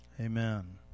amen